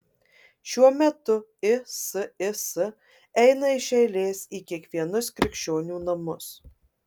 šiuo metu isis eina iš eilės į kiekvienus krikščionių namus